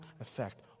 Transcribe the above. effect